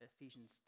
Ephesians